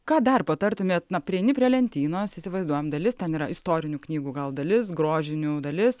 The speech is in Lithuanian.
ką dar patartumėt na prieini prie lentynos įsivaizduojam dalis ten yra istorinių knygų gal dalis grožinių dalis